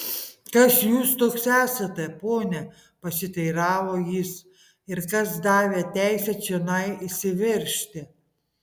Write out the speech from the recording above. kas jūs toks esate pone pasiteiravo jis ir kas davė teisę čionai įsiveržti